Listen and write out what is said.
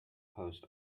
post